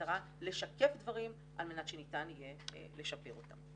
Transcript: במטרה לשקף דברים על מנת שניתן יהיה לשפר אותם.